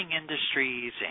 industries